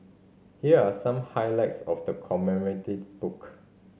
here are some highlights of the commemorative book